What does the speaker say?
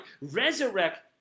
resurrect